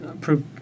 prove